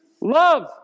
Love